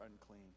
unclean